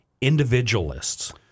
individualists